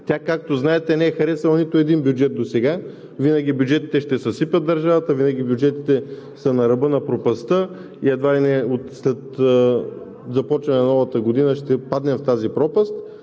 Тя, както знаете, не е харесала нито един бюджет досега, винаги „бюджетите ще съсипят държавата“, винаги „бюджетите са на ръба на пропастта“ и едва ли не след започване на новата година ще паднем в тази пропаст.